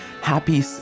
happy